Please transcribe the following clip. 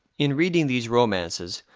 in reading these romances,